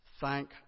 thank